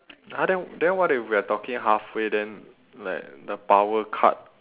!huh! then then what if we're talking halfway then like the power cut